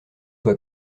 soit